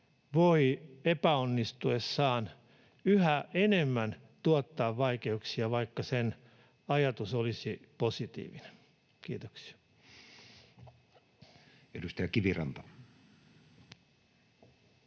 voi epäonnistuessaan yhä enemmän tuottaa vaikeuksia, vaikka sen ajatus olisi positiivinen. — Kiitoksia.